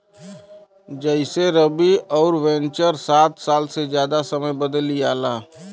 जइसेरवि अउर वेन्चर सात साल से जादा समय बदे लिआला